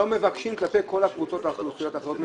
לא מבקשים כלפי כל קבוצות האוכלוסייה האחרות.